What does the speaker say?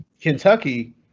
Kentucky